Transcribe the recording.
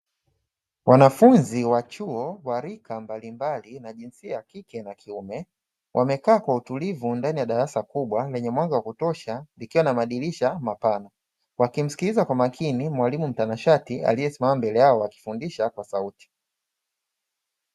Wanafunzi wa chuo wa rika mbalimbali na jinsia ya kike na kiume wamekaa kwa utulivu ndani ya darasa kubwa lenye mwanga wa kutosha likiwa na madirisha mapana, wakimsikiliza kwa makini mwalimu mtanashati aliyesimama mble yao akifundisha kwa sauti.